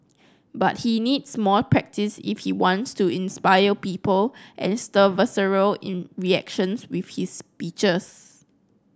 but he needs more practise if he wants to inspire people and stir visceral in reactions with his speeches